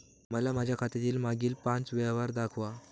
मला माझ्या खात्यातील मागील पांच व्यवहार दाखवा